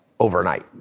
overnight